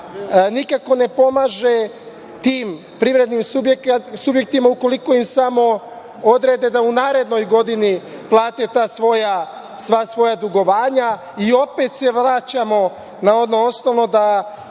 nikako ne pomaže tim privrednim subjektima, ukoliko im samo odrede da u narednoj godini plate sva svoja dugovanja. Opet se vraćamo na ono osnovno da